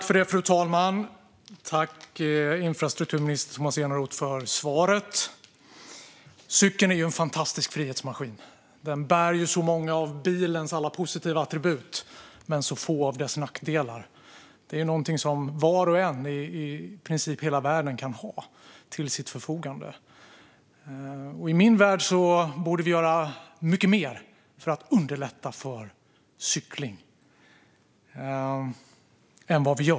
Fru talman! Jag tackar infrastrukturminister Tomas Eneroth för svaret. Cykeln är en fantastisk frihetsmaskin. Den bär så många av bilens alla positiva attribut, men så få av dess nackdelar. Det är någonting som i princip var och en i hela världen kan ha till sitt förfogande. I min värld borde vi göra mycket mer än vad vi gör för att underlätta för cykling.